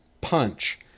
punch